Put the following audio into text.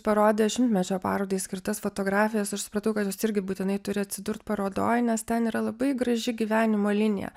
parodė šimtmečio parodai skirtas fotografijas aš supratau kad jos irgi būtinai turi atsidurt parodoj nes ten yra labai graži gyvenimo linija